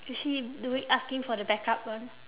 is she doing asking for the backup one